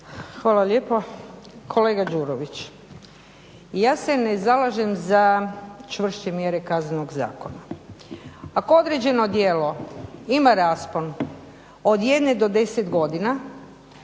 Hvala lijepo. Kolega Đurović, ja se ne zalažem za čvršće mjere Kaznenog zakona. Ako određeno djelo ima raspon od 1 do 10 godina